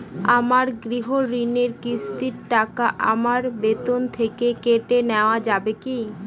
আমার গৃহঋণের কিস্তির টাকা আমার বেতন থেকে কেটে নেওয়া যাবে কি?